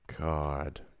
God